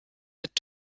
mit